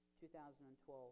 2012